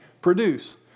produce